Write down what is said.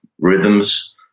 rhythms